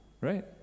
Right